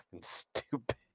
stupid